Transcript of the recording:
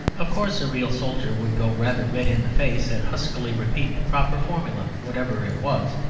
of course, a real soldier would go rather red in the face and huskily repeat the proper formula, whatever it was,